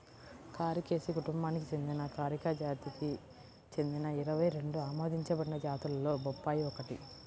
కారికేసి కుటుంబానికి చెందిన కారికా జాతికి చెందిన ఇరవై రెండు ఆమోదించబడిన జాతులలో బొప్పాయి ఒకటి